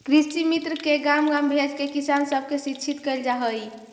कृषिमित्र के गाँव गाँव भेजके किसान सब के शिक्षित कैल जा हई